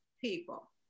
people